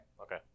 Okay